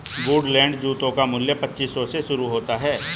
Woodland जूतों का मूल्य पच्चीस सौ से शुरू होता है